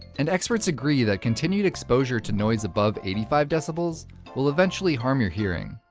and experts agree that continued exposure to noise above eighty five dba will will eventually harm your hearing.